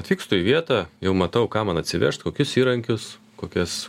atvykstu į vietą jau matau ką man atsivežt tokius įrankius kokias